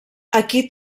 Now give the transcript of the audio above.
aquí